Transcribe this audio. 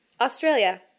Australia